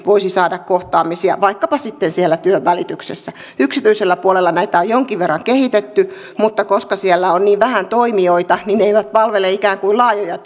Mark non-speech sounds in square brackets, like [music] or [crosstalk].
voisi saada kohtaamisia vaikkapa sitten siellä työnvälityksessä yksityisellä puolella näitä on jonkin verran kehitetty mutta koska siellä on niin vähän toimijoita niin ne eivät palvele ikään kuin laajoja [unintelligible]